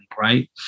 right